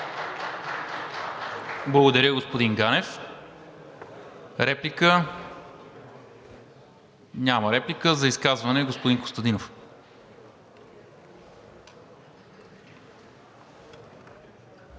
Благодаря, господин Ганев. Реплика? Няма. За изказване – господин Костадинов.